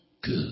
Good